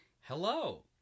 hello